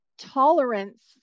tolerance